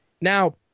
Now